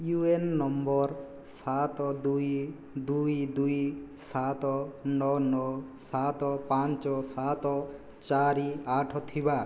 you A N number ସାତ ଦୁଇ ଦୁଇ ଦୁଇ ସାତ ନଅ ନଅ ସାତ ପାଞ୍ଚ ସାତ ଚାରି ଆଠ ଥିବା